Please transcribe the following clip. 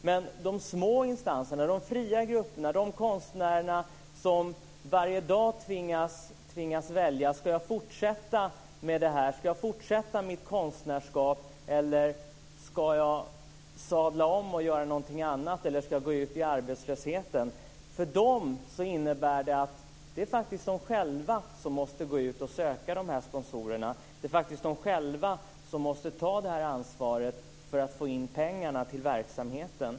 Men för de små instanserna, de fria grupperna och de konstnärer som varje dag tvingas välja om de ska fortsätta med sitt konstnärskap, om de ska sadla om och göra någonting annat eller om de ska gå ut i arbetslösheten, innebär det att de själva måste gå ut och söka sponsorerna. Det är faktiskt de själva som måste ta ansvaret för att få in pengar till verksamheten.